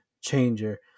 changer